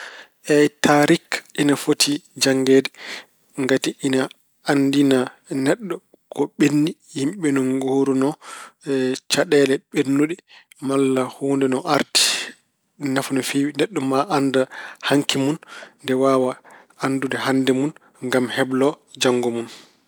Eey, taarik ina foti janngeede. Ngati ina anndina neɗɗo ko ɓenni, yimɓe no ngooruno, caɗeele ɓennuɗi malla huunde no ardi. Ina nafa no feewi. Neɗɗo maa annda haŋki mun nde waawa anndude hannde mun ngam heblo janngo mun.